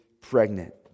pregnant